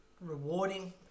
rewarding